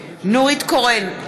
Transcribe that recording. בעד נורית קורן,